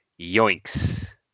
yoinks